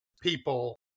people